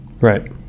Right